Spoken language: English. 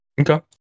Okay